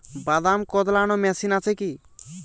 বাদাম কদলানো মেশিন আছেকি?